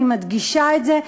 אני מדגישה את זה,